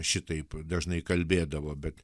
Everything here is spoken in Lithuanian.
šitaip dažnai kalbėdavo bet